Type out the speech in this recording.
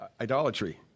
idolatry